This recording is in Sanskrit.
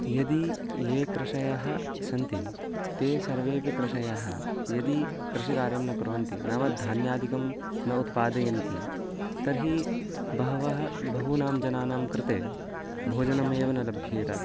यदि ये कृषयः सन्ति ते सर्वेऽपि कृषयः यदि कृषिकार्यं न कुर्वन्ति नाम धान्यादिकं न उत्पादयन्ति तर्हि बहवः बहूनां जनानां कृते भोजनम् एव न लभ्येत